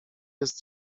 jest